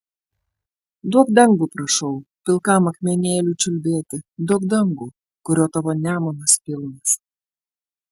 duok dangų prašau pilkam akmenėliui čiulbėti duok dangų kurio tavo nemunas pilnas